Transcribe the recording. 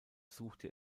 suchte